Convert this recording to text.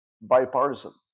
bipartisan